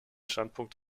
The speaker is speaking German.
standpunkt